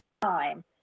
time